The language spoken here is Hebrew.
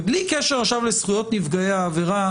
ובלי קשר עכשיו לזכויות נפגעי העבירה,